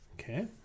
Okay